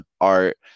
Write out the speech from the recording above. art